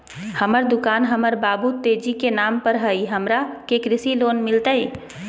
हमर दुकान हमर बाबु तेजी के नाम पर हई, हमरा के कृषि लोन मिलतई?